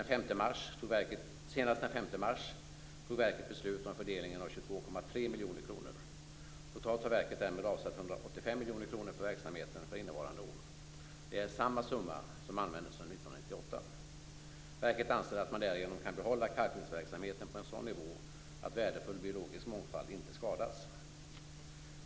Senast den 5 mars 1999 fattade verket beslut om fördelning av 22,3 miljoner kronor. Totalt har verket därmed avsatt 185 miljoner kronor för verksamheten för innevarande år. Detta är samma summa som användes under år 1998. Verket anser att man därigenom kan behålla kalkningsverksamheten på en sådan nivå att värdefull biologisk mångfald inte skadas.